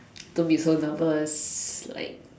don't be so nervous like